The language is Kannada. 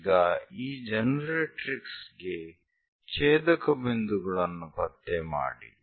ಈಗ ಈ ಜನರೇಟರಿಕ್ಸ್ ಗೆ ಛೇದಕ ಬಿಂದುಗಳನ್ನು ಪತ್ತೆ ಮಾಡಿ